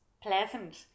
Pleasant